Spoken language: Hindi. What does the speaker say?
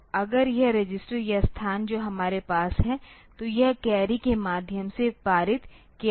तो अगर यह रजिस्टर या स्थान जो हमारे पास है तो यह कैरी के माध्यम से पारित किया जाता है